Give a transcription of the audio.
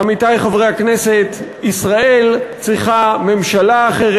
עמיתי חברי הכנסת, ישראל צריכה ממשלה אחרת.